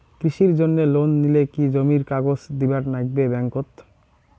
কৃষির জন্যে লোন নিলে কি জমির কাগজ দিবার নাগে ব্যাংক ওত?